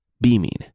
beaming